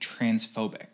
transphobic